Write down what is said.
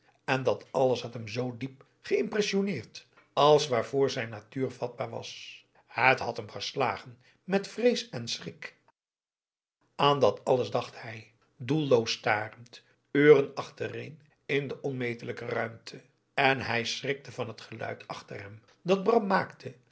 en dat alles had hem zoo diep geïmpressionneerd als waarvoor zijn natuur vatbaar was het had hem geslagen met vrees en schrik an dat alles dacht hij doelloos starend uren achtereen in de onmetelijke ruimte en hij schrikte van het geluid achter hem dat bram maakte